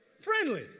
friendly